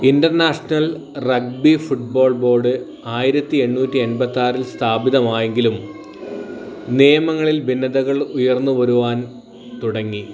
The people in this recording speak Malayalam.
ഇൻറർനാഷണൽ റഗ്ബി ഫുട്ബോൾ ബോർഡ് ആയിരത്തി എണ്ണൂറ്റി എൺപത്തി ആറിൽ സ്ഥാപിതമായെങ്കിലും നിയമങ്ങളിൽ ഭിന്നതകൾ ഉയർന്നുവരുവാൻ തുടങ്ങി